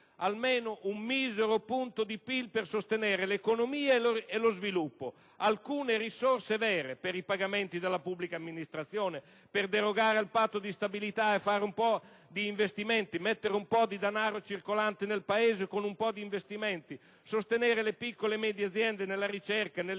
almeno un misero punto di PIL per sostenere l'economia e lo sviluppo; alcune risorse vere per i pagamenti della pubblica amministrazione; di derogare al Patto di stabilità per fare investimenti; di mettere un po' di denaro circolante nel Paese per sostenere le piccole e medie aziende nella ricerca, nell'innovazione,